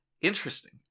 Interesting